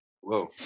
whoa